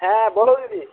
হ্যাঁ বলো দিদি